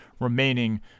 remaining